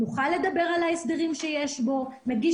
שבו נוכל לדבר על ההסדרים שיש בו,